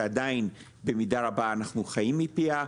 שעדיין במידה רבה אנחנו חיים מפיה,